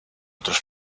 otros